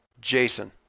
Jason